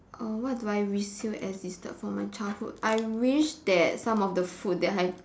uh what do I wish still existed from my childhood I wish that some of the food I've